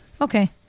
Okay